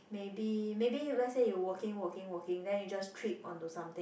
maybe maybe let's say you walking walking walking then you just trip on to something